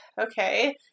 Okay